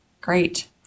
Great